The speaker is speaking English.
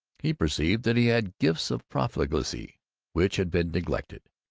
he perceived that he had gifts of profligacy which had been neglected.